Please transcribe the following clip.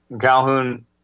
Calhoun